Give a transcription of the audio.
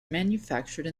manufactured